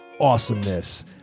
awesomeness